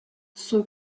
sont